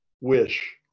wish